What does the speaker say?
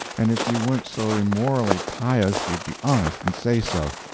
and if you weren't so immorally pious you'd be honest and say so.